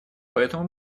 поэтому